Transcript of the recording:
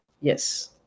Yes